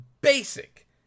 Basic